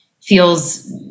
feels